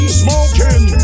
smoking